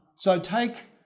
so take.